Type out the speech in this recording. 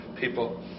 people